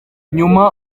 nyuma